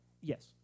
Yes